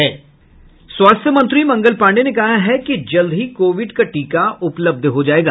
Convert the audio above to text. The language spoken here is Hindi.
स्वास्थ्य मंत्री मंगल पांडेय ने कहा है कि जल्द ही कोविड का टीका उपलब्ध हो जायेगा